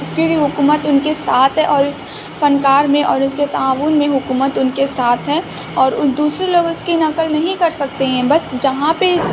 ان کے لیے حکومت ان کے ساتھ ہے اور اس فنکار میں اور اس کے تعاون میں حکومت ان کے ساتھ ہے اور دوسرے لوگ اس کی نقل نہیں کر سکتے ہیں بس جہاں پہ